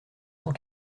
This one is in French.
cent